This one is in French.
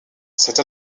cette